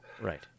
Right